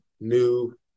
new